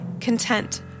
content